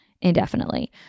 indefinitely